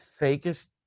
fakest